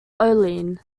olean